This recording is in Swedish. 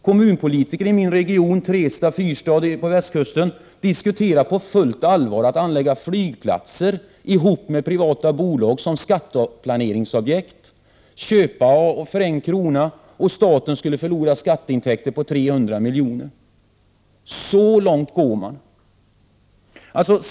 Kommunpolitiker i min region Trestad-Fyrstad på västkusten, diskuterar på fullt allvar att anlägga flygplatser ihop med privata bolag som skatteplaneringsobjekt — köpa för 1 krona. Staten skulle förlora skatteintäkter på 300 milj.kr. Så långt går man.